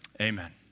Amen